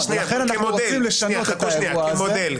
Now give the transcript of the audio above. כמודל,